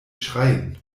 schreien